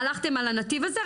הלכתם על הנתיב הזה,